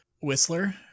whistler